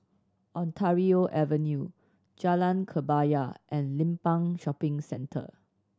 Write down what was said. Ontario Avenue Jalan Kebaya and Limbang Shopping Centre